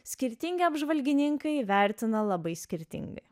skirtingi apžvalgininkai vertina labai skirtingai